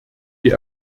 die